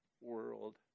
world